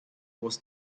was